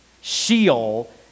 Sheol